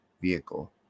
vehicle